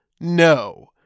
No